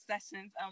sessions